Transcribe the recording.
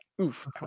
Oof